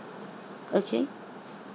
okay